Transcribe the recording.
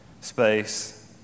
space